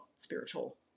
spiritual